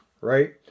right